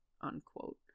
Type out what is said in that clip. unquote